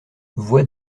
voie